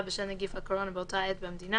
בשל נגיף הקורונה באותה עת במדינה